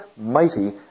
mighty